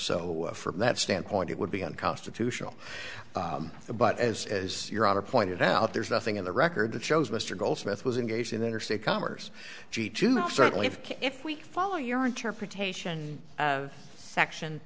so from that standpoint it would be unconstitutional but as as your other pointed out there's nothing in the record that shows mr goldsmith was engaged in interstate commerce certainly if if we follow your interpretation section